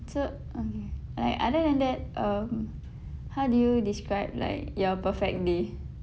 so uh like other than that um how do you describe like your perfect day